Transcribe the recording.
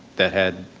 that had